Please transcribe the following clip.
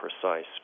precise